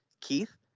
Keith